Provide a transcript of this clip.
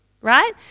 right